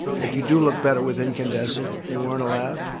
but you do look better with incandescent. they weren't allowed.